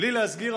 בלי להסגיר,